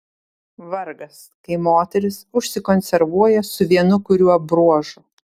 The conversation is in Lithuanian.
vargas kai moteris užsikonservuoja su vienu kuriuo bruožu